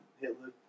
Hitler